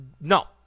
no